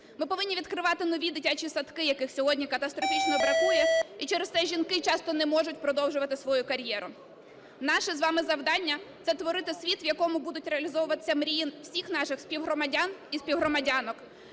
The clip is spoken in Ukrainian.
Ми повинні відкривати нові дитячі садки, яких сьогодні катастрофічно бракує, і через те жінки часто не можуть продовжувати свою кар'єру. Наше з вами завдання – це творити світ, в якому будуть реалізовуватися мрії всіх наших співгромадян і співгромадянок.